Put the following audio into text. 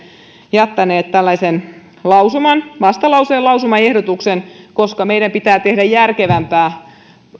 jättäneet tällaisen lausuman vastalauseen lausumaehdotuksen koska meidän pitää tehdä järkevämpää